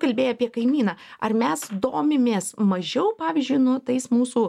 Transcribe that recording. kalbėjai apie kaimyną ar mes domimės mažiau pavyzdžiui nu tais mūsų